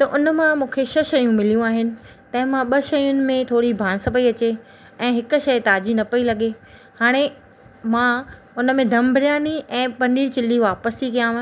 त हुन मां मूंखे श शयूं मिलियूं आहिनि तंहिंमां ॿ शयुनि में थोरी ॿांस पई अचे ऐं हिकु शइ ताज़ी न पई लॻे हाणे मां हुन में दम बिरयानी ऐं पनीर चिली वापसि थी कयांव